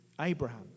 Abraham